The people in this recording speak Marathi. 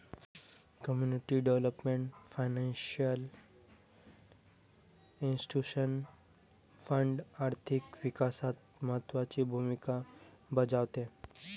community development financial institution fund आर्थिक विकासात महत्त्वाची भूमिका बजावते